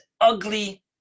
ugly